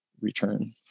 return